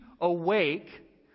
awake